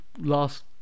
last